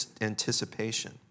anticipation